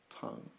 tongue